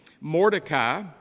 Mordecai